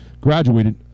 graduated